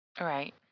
right